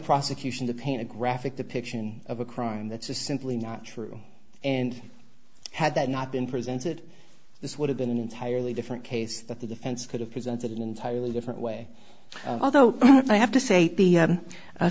prosecution to paint a graphic depiction of a crime that's just simply not true and had that not been presented this would have been an entirely different case that the defense could have presented an entirely different way although i have to say the